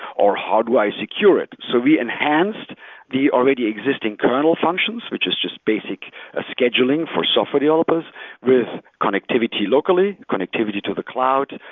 or how do i secure it? so we enhanced the already existing kernel functions, which is just basic ah scheduling for software developers with connectivity locally, connectivity to the cloud,